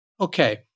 Okay